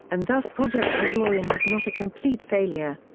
and thus project azorian was not a complete failure.